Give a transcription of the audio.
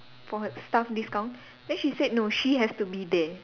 for staff discount then she said no she has to be there